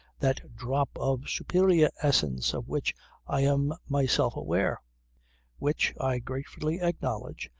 that drop of superior essence of which i am myself aware which, i gratefully acknowledge,